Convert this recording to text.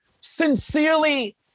Sincerely